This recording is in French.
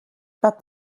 pas